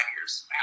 years